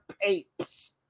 papes